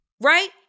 Right